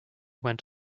went